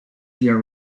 via